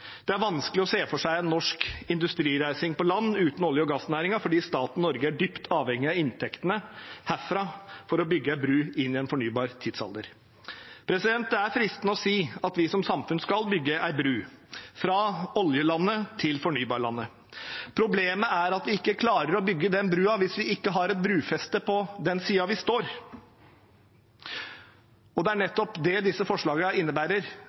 Det er vanskelig å se for seg en norsk industrireising på land uten olje- og gassnæringen fordi staten Norge er dypt avhengig av inntektene herfra for å bygge en bru inn i en fornybar tidsalder. Det er fristende å si at vi som samfunn skal bygge en bru fra oljelandet til fornybarlandet. Problemet er at vi ikke klarer å bygge den brua hvis vi ikke har et brufeste på den siden vi står. Det er nettopp det disse forslagene innebærer: